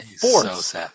force